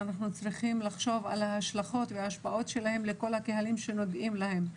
אנחנו צריכים לחשוב על ההשלכות וההשפעות שלהן על כל הקהלים שנוגעים להן.